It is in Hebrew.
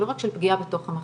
לא רק של פגיעה בתוך המחלקה,